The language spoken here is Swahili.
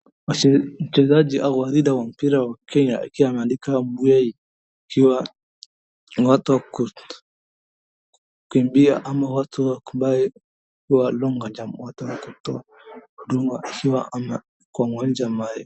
Wachezaji hawa wawili wa mpira wa Kenya, akiwa ameandikwa Bwei, ikiwa watu wa kukimbia ama watu wa kwao wa long ajump ma watu wa kutoa huduma akiwa kwa uwanja.